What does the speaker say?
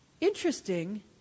Interesting